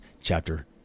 chapter